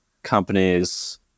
Companies